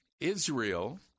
Israel